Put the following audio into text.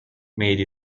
made